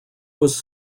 was